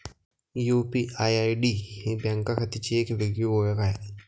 UPI ID ही bank खात्याची एक वेगळी ओळख आहे